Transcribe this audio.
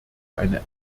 eine